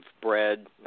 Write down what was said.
bread